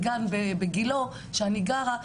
בגן בגילו שאני גרה,